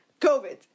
COVID